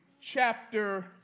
chapter